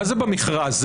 זה במפעל?